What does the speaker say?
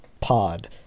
Pod